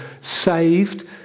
saved